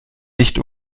nicht